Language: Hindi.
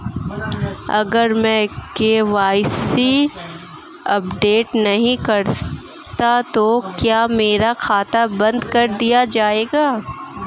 अगर मैं के.वाई.सी अपडेट नहीं करता तो क्या मेरा खाता बंद कर दिया जाएगा?